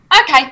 okay